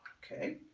okay.